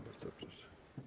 Bardzo proszę.